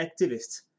activists